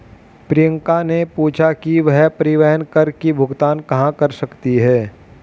प्रियंका ने पूछा कि वह परिवहन कर की भुगतान कहाँ कर सकती है?